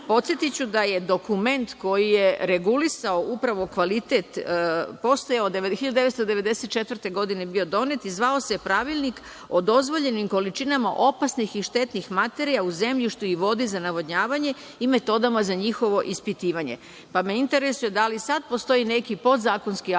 kvalitet. Podsetiću da je dokument koji je regulisao upravo kvalitet bio donet 1994. godine i zvao se pravilnik o dozvoljenim količinima opasnih i štetnih materija u zemljištu i vodi za navodnjavanje i metodama za njihovo ispitivanje. Interesuje me da li sada postoji neki podzakonski akt